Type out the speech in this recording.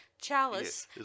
chalice